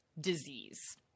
disease